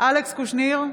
אלכס קושניר,